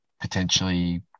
potentially